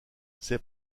ses